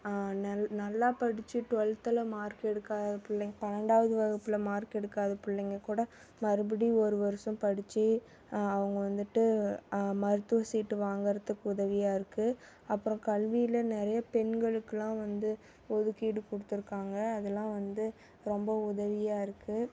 நல் நல்லா படித்து டுவெல்த்தில் மார்க் எடுக்காத பிள்ளைங்கள் பன்னெண்டாவது வகுப்பில் மார்க் எடுக்காத பிள்ளைங்கள் கூட மறுபடி ஒரு வருஷம் படித்து அவங்க வந்துட்டு மருத்துவ சீட்டு வாங்கிறதுக்கு உதவியாக இருக்குது அப்புறம் கல்வியில் நிறைய பெண்களுக்கெலாம் வந்து ஒதுக்கீடு கொடுத்துருக்காங்க அதலாம் வந்து ரொம்ப உதவியாக இருக்குது